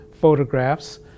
photographs